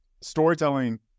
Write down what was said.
Storytelling